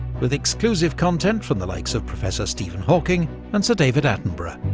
with exclusive content from the likes of professor stephen hawking and sir david attenborough.